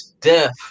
death